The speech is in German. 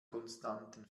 konstanten